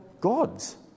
gods